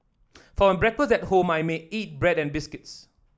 for my breakfast at home I may eat bread or biscuits